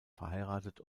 verheiratet